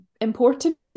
important